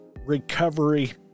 recovery